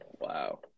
Wow